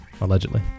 Allegedly